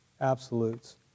absolutes